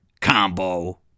Combo